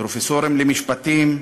פרופסורים למשפטים,